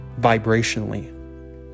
Vibrationally